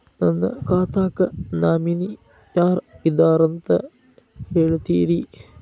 ನನ್ನ ಖಾತಾಕ್ಕ ನಾಮಿನಿ ಯಾರ ಇದಾರಂತ ಹೇಳತಿರಿ?